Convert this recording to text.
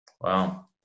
Wow